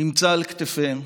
נמצאת על כתפיהם.